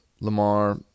Lamar